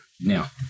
now